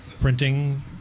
printing